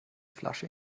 flasche